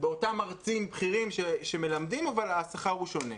ובאותם מרצים בכירים שמלמדים אבל השכר הוא לומד.